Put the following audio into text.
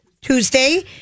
Tuesday